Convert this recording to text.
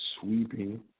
sweeping